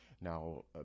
Now